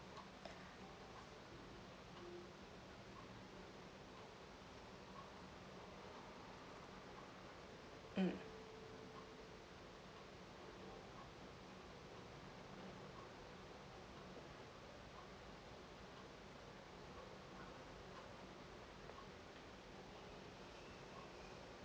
mm